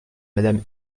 madame